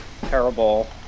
terrible